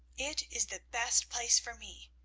it is the best place for me.